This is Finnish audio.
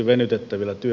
arvoisa puhemies